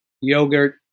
yogurt